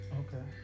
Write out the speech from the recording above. okay